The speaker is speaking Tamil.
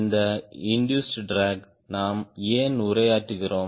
இந்த இண்டூஸ்ட் ட்ராக் நாம் ஏன் உரையாற்றுகிறோம்